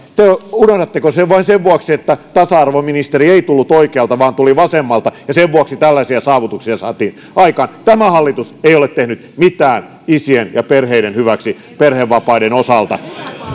unohdatteko sen vain sen vuoksi että tasa arvoministeri ei tullut oikealta vaan tuli vasemmalta sen vuoksi tällaisia saavutuksia saatiin aikaan tämä hallitus ei ole tehnyt mitään isien ja perheiden hyväksi perhevapaiden osalta